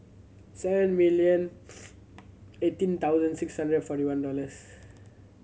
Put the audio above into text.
seven million eighteen thousand six hundred forty one dollars